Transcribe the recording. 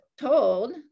told